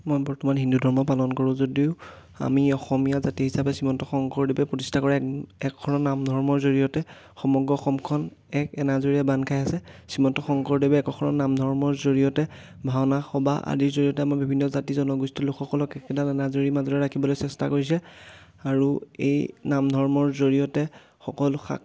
মই বৰ্তমান হিন্দু ধৰ্ম পালন কৰোঁ যদিও আমি অসমীয়া জাতি হিচাপে শ্ৰীমন্ত শংকৰদেৱে প্ৰতিষ্ঠা কৰে একশৰণ নাম ধৰ্মৰ জৰিয়তে সমগ্ৰ অসমখন এক এনাজৰীয়া বান্ধ খাই আছে শ্ৰীমন্ত শংকৰদেৱে একশৰণ নাম ধৰ্মৰ জৰিয়তে ভাওনা সভা আদিৰ জৰিয়তে আমাৰ বিভিন্ন জাতি জনগোষ্ঠীৰ লোকসকলক একেডাল এনাজৰিৰ মাজৰে ৰাখিবলৈ চেষ্টা কৰিছে আৰু এই নাম ধৰ্মৰ জৰিয়তে সকলো শাক